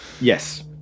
Yes